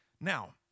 Now